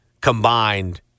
combined